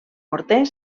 morter